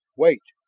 wait!